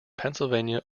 pennsylvania